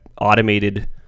automated